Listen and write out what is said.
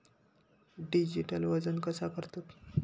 Digital वजन कसा करतत?